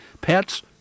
pets